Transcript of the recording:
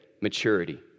maturity